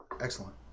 Excellent